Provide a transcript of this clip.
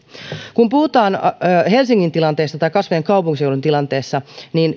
kun puhutaan helsingin tilanteesta tai kasvavien kaupunkiseutujen tilanteesta